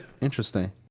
interesting